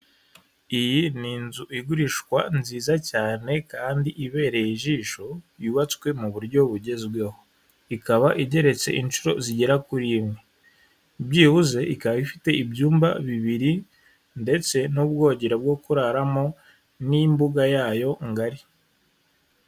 Iyi ni inzu igurishwa nziza cyane kandi ibereye ijisho, yubatswe mu buryo bugezweho. Ikaba igeretse inshuro zigera kuri imwe, byibuze ikaba ifite ibyumba bibiri ndetse n'ubwogero bwo kuraramo n'imbuga yayo ngari.